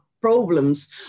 problems